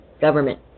government